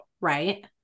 right